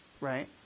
right